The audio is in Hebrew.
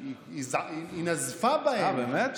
היא נזפה בהם, אה, באמת?